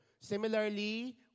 Similarly